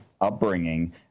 upbringing